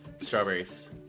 Strawberries